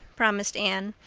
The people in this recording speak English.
promised anne,